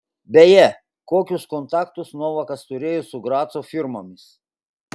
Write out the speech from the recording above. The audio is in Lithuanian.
beje kokius kontaktus novakas turėjo su graco firmomis